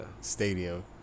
stadium